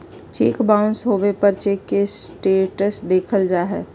cheque bounce होबे पर cheque के स्टेटस देखल जा हइ